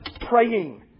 praying